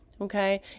okay